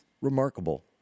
remarkable